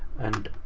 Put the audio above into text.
and